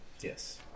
Yes